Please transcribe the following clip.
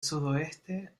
sudoeste